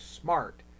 smart